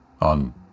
on